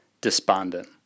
despondent